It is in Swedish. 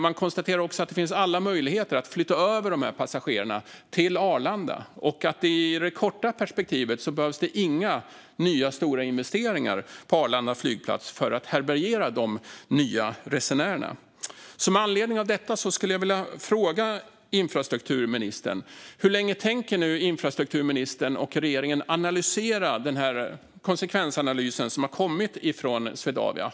De konstaterar också att det finns alla möjligheter att flytta över dessa passagerare till Arlanda och att det i det korta perspektivet inte behövs några nya stora investeringar i Arlanda flygplats för att härbärgera de nya resenärerna. Med anledning av detta skulle jag vilja fråga infrastrukturministern hur länge infrastrukturministern och regeringen tänker analysera den konsekvensanalys som har kommit från Swedavia.